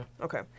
Okay